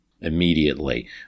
immediately